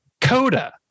Coda